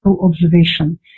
observation